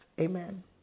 Amen